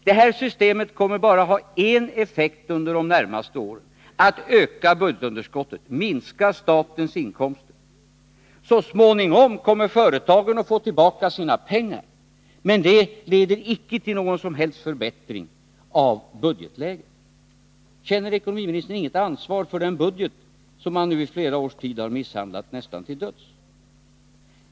Det här systemet kommer under de närmaste åren bara att få en effekt, nämligen att öka budgetunderskottet och minska statens inkomster. Så småningom kommer företagen att få tillbaka sina pengar, men det leder icke till någon som helst förbättring av budgetläget. Nr 83 Känner ekonomiministern inget ansvar för den budget som han nu i flera Torsdagen den års tid har misshandlat nästan till döds?